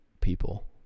people